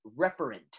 referent